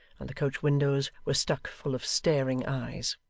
and the coach-windows were stuck full of staring eyes.